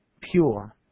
pure